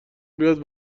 بیاد